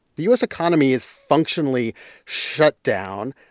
the u s. economy is functionally shut down.